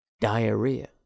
diarrhea